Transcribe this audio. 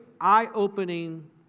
eye-opening